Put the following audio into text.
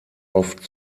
oft